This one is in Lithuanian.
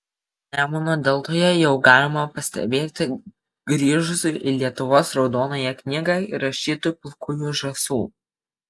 nemuno deltoje jau galima pastebėti grįžusių į lietuvos raudonąją knygą įrašytų pilkųjų žąsų